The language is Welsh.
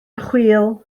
chwil